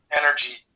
energy